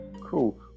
cool